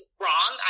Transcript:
wrong